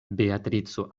beatrico